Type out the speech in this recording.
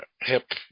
hip